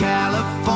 California